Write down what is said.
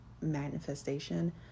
manifestation